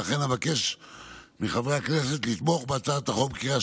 ולכן אבקש מחברי הכנסת לתמוך בהצעת החוק בקריאה